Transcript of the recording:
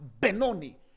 Benoni